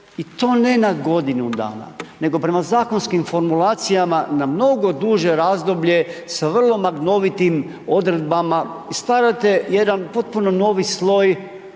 i to ne na godinu dana, nego prema zakonskim formulacijama, na mnogo duže razdoblje, sa vrlo maglovitim odredbama i stavljate jedan potpuno novi sloj